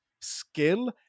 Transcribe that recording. skill